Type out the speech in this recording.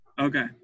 okay